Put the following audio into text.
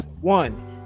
One